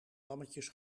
lammetjes